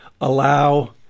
allow